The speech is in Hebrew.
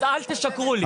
אז אל תשקרו לי.